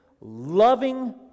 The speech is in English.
loving